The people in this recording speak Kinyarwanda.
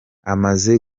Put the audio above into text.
amaze